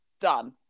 Done